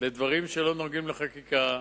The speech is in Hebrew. בדברים שלא נוגעים לחקיקה,